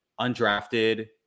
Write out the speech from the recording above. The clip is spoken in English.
undrafted